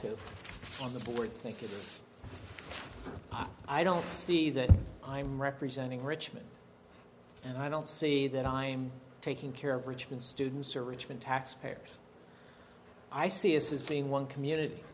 to on the board thank you i don't see that i'm representing richmond and i don't see that i'm taking care of richmond students or richmond taxpayers i see as has being one community